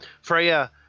Freya